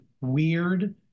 weird